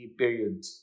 periods